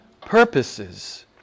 purposes